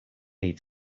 need